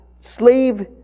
Slave